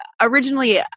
originally